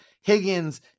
Higgins